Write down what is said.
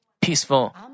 peaceful